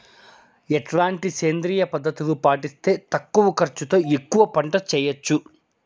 ఎట్లాంటి సేంద్రియ పద్ధతులు పాటిస్తే తక్కువ ఖర్చు తో ఎక్కువగా పంట చేయొచ్చు?